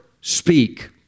speak